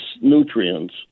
nutrients